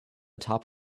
top